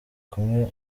kumwe